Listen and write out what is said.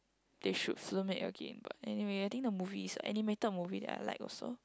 they should film it again but anyway I think the movie is animated movie that I like also